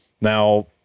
Now